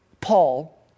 Paul